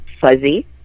fuzzy